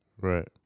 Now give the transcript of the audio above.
Right